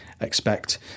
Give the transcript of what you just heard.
expect